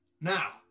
Now